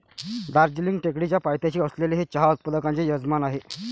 दार्जिलिंग टेकडीच्या पायथ्याशी असलेले हे चहा उत्पादकांचे यजमान आहे